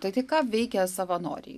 tai tai ką veikia savanoriai